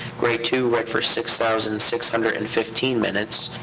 grade two read for six thousand six hundred and fifteen minutes.